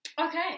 okay